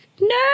no